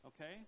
Okay